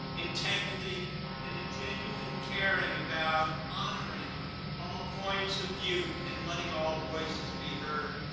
integrity and a genuine caring about honoring all points of view and letting all voices be heard.